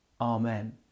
Amen